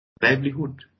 livelihood